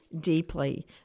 deeply